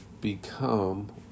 become